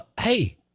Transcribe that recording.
Hey